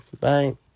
bye